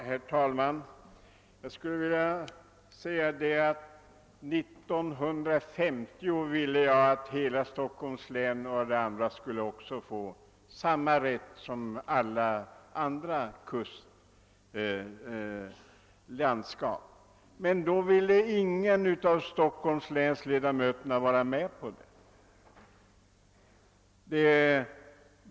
Herr talman! År 1950 föreslog jag att befolkningen i Stockholms län skulle få samma rätt till fiske som befolkningen i alla andra kustlandskap. Men det ville ingen av ledamöterna från Stockholms län gå med på.